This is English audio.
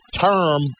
term